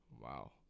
wow